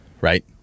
right